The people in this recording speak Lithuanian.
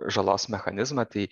žalos mechanizmą tai